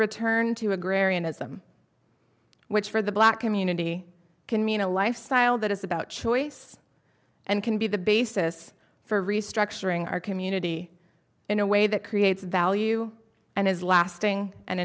ism which for the black community can mean a lifestyle that is about choice and can be the basis for restructuring our community in a way that creates value and is lasting and